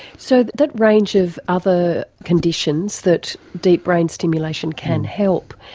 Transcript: so that range of other conditions that deep brain stimulation can help,